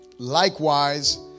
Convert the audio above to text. Likewise